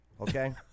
okay